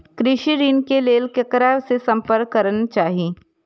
कृषि ऋण के लेल ककरा से संपर्क करना चाही?